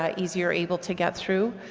ah easier able to get through.